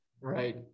Right